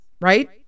right